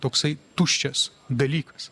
toksai tuščias dalykas